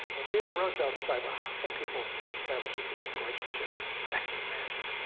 well, theodore roosevelt decided, well, how can people establish a direct relationship with an executive mansion?